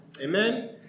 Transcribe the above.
Amen